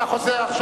אתה חוזר,